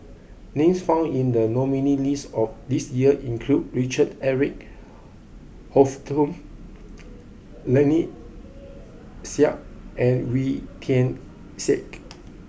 names found in the nominees' list this year include Richard Eric Holttum Lynnette Seah and Wee Tian Siak